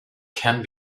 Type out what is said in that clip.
can